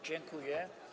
Dziękuję.